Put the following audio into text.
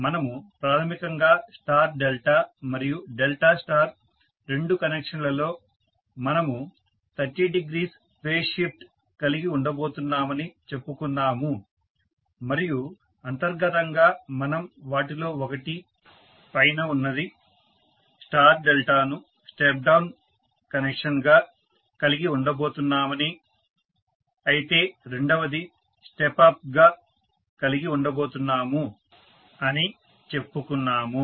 మనము ప్రాథమికంగా star delta మరియు డెల్టా స్టార్ రెండు కనెక్షన్లలో మనము 300ఫేజ్ షిఫ్ట్ కలిగి ఉండబోతున్నామని చెప్పుకున్నాము మరియు అంతర్గతంగా మనం వాటిలో ఒకటి పైన ఉన్నది స్టార్ డెల్టాను స్టెప్ డౌన్ కనెక్షన్గా కలిగి ఉండబోతున్నామని అయితే రెండవది స్టెప్ అప్ గా కలిగి ఉండబోతున్నాము అని చెప్పుకున్నాము